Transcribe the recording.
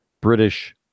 British